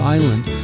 Island